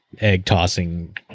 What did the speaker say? egg-tossing